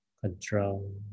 control